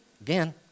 again